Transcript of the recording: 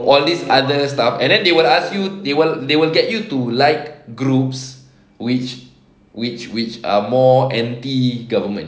all this other stuff and then they will ask you they will they will get you to like group which which which are more anti government